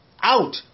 out